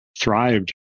thrived